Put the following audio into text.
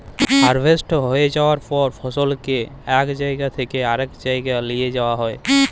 harvest হঁয়ে যাউয়ার পর ফসলকে ইক জাইগা থ্যাইকে আরেক জাইগায় লিঁয়ে যাউয়া হ্যয়